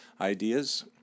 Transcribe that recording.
ideas